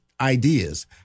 ideas